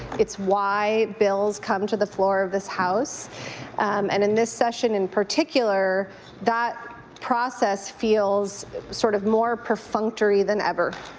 it's why bills come to the floor of this house and in this session in particular that process feels sort of more perfunctory than ever.